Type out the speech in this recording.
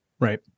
Right